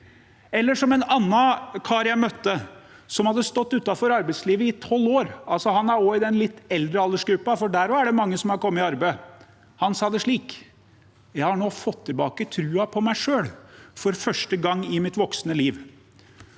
familie. En annen kar jeg møtte, som hadde stått utenfor arbeidslivet i tolv år – han er i den litt eldre aldersgruppa, for også der er det mange som har kommet i arbeid – sa det slik: Jeg har nå fått tilbake troen på meg selv for første gang i mitt voksne liv.